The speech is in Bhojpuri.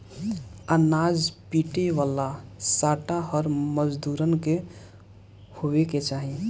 अनाज पीटे वाला सांटा हर मजूरन के देवे के चाही